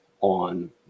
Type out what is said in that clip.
on